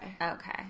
Okay